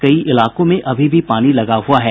कई इलाकों में अभी भी पानी लगा हुआ है